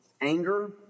anger